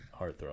heartthrob